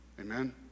Amen